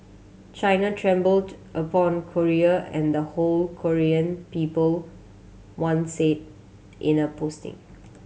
China trampled upon Korea and the whole Korean people one said in a posting